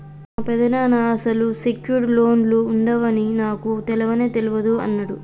మా పెదనాన్న అసలు సెక్యూర్డ్ లోన్లు ఉండవని నాకు తెలవని తెలవదు అన్నడు